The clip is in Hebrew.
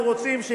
אנחנו רוצים,